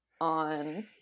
on